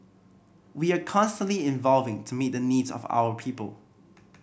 we are constantly evolving to meet the needs of our people